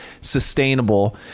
sustainable